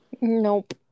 nope